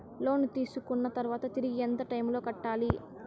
లోను తీసుకున్న తర్వాత తిరిగి ఎంత టైములో కట్టాలి